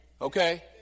Okay